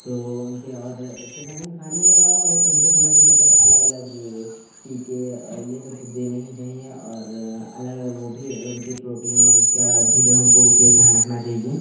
तो उनके और उसके साथ में हम खाने के अलावा और उनको समय समय पर अलग अलग टीके और यह सब तो देने ही चाहिए और अलग अलग वह भी उनकी प्रोटीन और इसका और भी हमको विशेष ध्यान रखना चाहिए